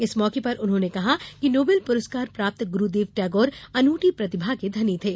इस मौके पर उन्होंने कहा कि नोबेल पुरस्कार प्राप्त गुरूदेव टेगौर अनूठी प्रतिभा के धनी थे